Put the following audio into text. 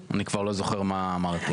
אני כבר לא זוכר מה אמרתי.